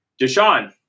Deshaun